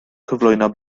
cyflwyno